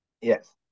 Yes